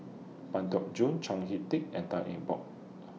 Pang Teck Joon Chao Hick Tin and Tan Eng Bock